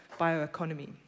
bioeconomy